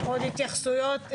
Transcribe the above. עוד התייחסויות?